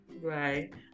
Right